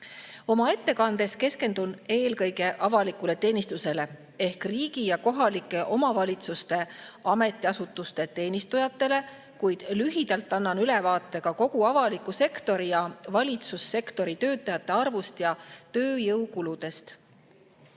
Oma ettekandes keskendun eelkõige avalikule teenistusele ehk riigi ja kohalike omavalitsuste ametiasutuste teenistujatele, kuid lühidalt annan ülevaate ka kogu avaliku sektori ja valitsussektori töötajate arvust ja tööjõukuludest.